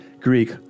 Greek